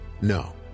no